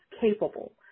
capable